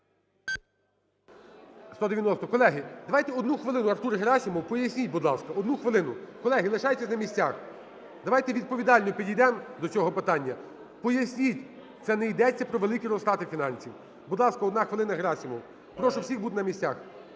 Колеги, давайте одну хвилину Артур Герасимов, поясніть, будь ласка, одну хвилину. Колеги, лишайтесь на місцях. Давайте відповідально підійдемо до цього питання. Поясніть, це не йдеться про великі розтрати фінансів. Будь ласка, одна хвилина, Герасимов. Прошу всіх бути на місцях.